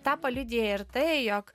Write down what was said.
tą paliudija ir tai jog